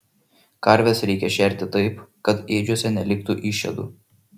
karves reikia šerti taip kad ėdžiose neliktų išėdų